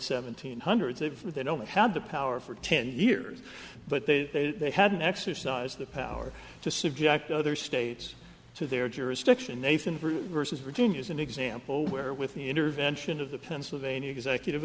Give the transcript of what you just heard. seventeen hundreds if they don't have the power for ten years but they had an exercise the power to subject other states to their jurisdiction nathan versus virginia as an example where with the intervention of the pennsylvania executive